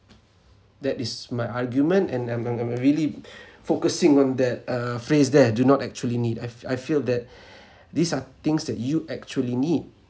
that is my argument and I'm I'm I'm really focusing on that uh phrase there do not actually need I fe~ I feel that these are things that you actually need